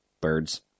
birds